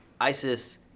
ISIS